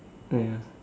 ya